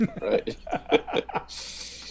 Right